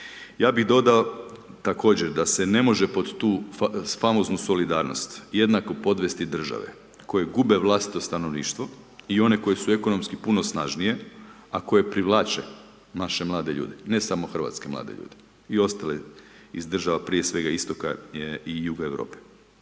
Ja bih dodao, također da se ne može pod tu famoznu solidarnost jednako podvesti države koje gube vlastito stanovništvo i one koji su ekonomski puno snažnije, a koje privlače naše mlade ljude, ne samo hrvatske mlade ljude, i ostale iz država prije svega istoka i juga Europe.